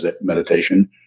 meditation